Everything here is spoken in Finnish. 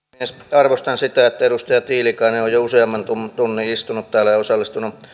arvostan sitä että edustaja tiilikainen on on jo useamman tunnin istunut täällä ja osallistunut